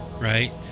right